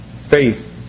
faith